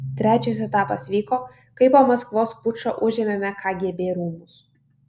trečias etapas vyko kai po maskvos pučo užėmėme kgb rūmus